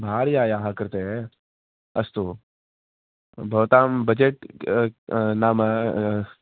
भार्यायाः कृते अस्तु भवतां बजेट् नाम